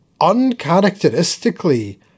uncharacteristically